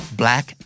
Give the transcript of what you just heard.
black